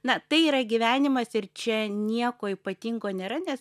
na tai yra gyvenimas ir čia nieko ypatingo nėra nes